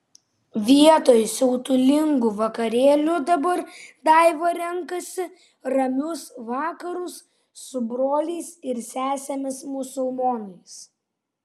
vietoj siautulingų vakarėlių dabar daiva renkasi ramius vakarus su broliais ir sesėmis musulmonais